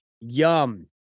Yum